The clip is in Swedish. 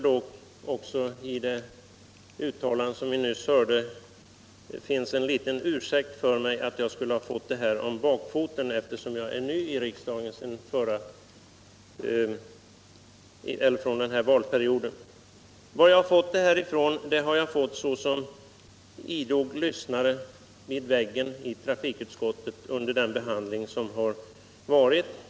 Den här uppfattningen har jag fått såsom idog lyssnare vid väggen i trafikutskottet under den behandling som har varit.